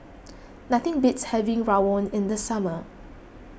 nothing beats having Rawon in the summer